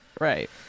Right